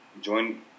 join